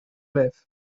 live